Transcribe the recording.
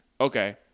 okay